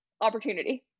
opportunity